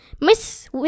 Miss